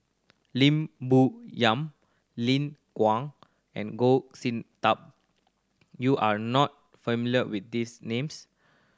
Lim Bo Yam Lin Guang and Goh Sin Tub you are not familiar with these names